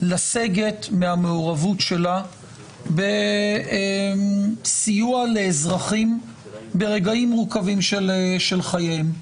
לסגת מהמעורבות שלה בסיוע לאזרחים ברגעים מורכבים של חייהם.